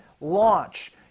launch